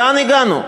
לאן הגענו?